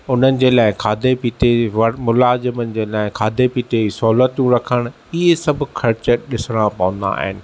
हुननि जे लाइ खाधे पीते जी वर मुलाज़िमनि लाइ खाधे पीते जी सहूलतूं रखणु इहे सभु ख़र्च ॾिसणा पवंदा आहिनि